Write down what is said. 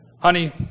honey